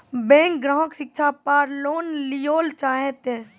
Bank ग्राहक शिक्षा पार लोन लियेल चाहे ते?